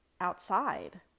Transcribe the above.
outside